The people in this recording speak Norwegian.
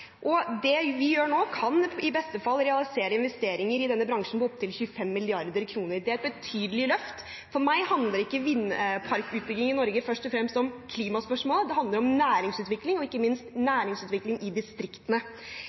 med. Det vi gjør nå, kan i beste fall realisere investeringer i denne bransjen med opptil 25 mrd. kr. Det er et betydelig løft. For meg handler ikke vindparkutbygging i Norge først og fremst om klimaspørsmål, det handler om næringsutvikling og ikke minst om næringsutvikling i distriktene.